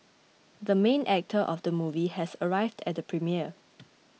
the main actor of the movie has arrived at the premiere